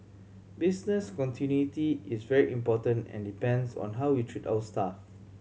business continuity is very important and depends on how we treat our staff